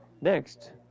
next